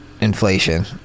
inflation